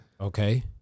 Okay